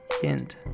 Hint